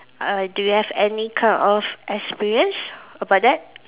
uh do you have any kind of experience about that